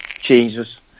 Jesus